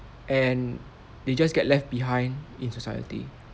and they just get left behind in society